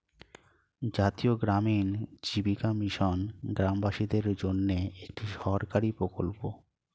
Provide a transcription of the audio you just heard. জাতীয় গ্রামীণ জীবিকা মিশন গ্রামবাসীদের জন্যে একটি সরকারি প্রকল্প